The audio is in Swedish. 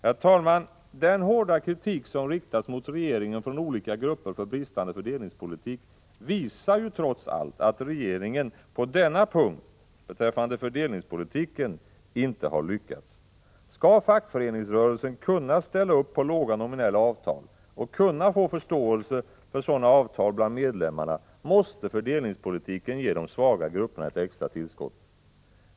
Herr talman! Den hårda kritik som från olika grupper riktats mot regeringen för brister i fördelningspolitiken visar att regeringen på denna punkt inte lyckats. Skall fackföreningsrörelsen kunna gå med på låga nominella avtal, och kunna få förståelse för sådana avtal bland medlemmarna, måste fördelningspolitiken ge de svaga grupperna ett extra tillskott.